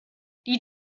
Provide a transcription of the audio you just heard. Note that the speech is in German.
die